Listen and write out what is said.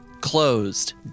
closed